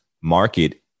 market